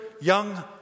young